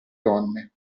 donne